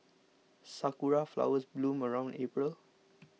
sakura flowers bloom around April